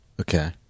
Okay